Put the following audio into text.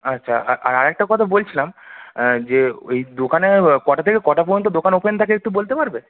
আচ্ছা আর আরেকটা কথা বলছিলাম যে ওই দোকানে কটা থেকে কটা পর্যন্ত দোকান ওপেন থাকে একটু বলতে পারবে